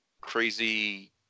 crazy